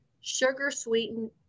sugar-sweetened